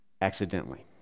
accidentally